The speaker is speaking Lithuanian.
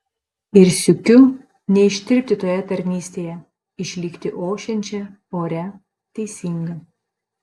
ir sykiu neištirpti toje tarnystėje išlikti ošiančia oria teisinga